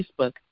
Facebook